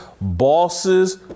bosses